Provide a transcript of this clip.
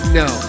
no